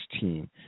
team